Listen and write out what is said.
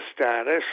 status